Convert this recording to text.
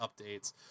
updates